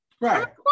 Right